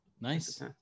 nice